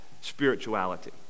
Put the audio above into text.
spirituality